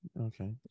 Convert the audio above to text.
okay